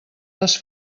les